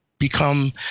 become